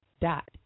dot